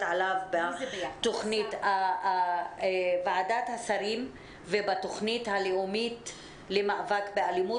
בתכנית של ועדת השרים ובתכנית הלאומית למאבק באלימות.